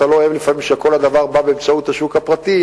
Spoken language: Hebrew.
אתה לא אוהב לפעמים שכל הדבר בא באמצעות השוק הפרטי,